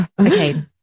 Okay